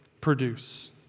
produce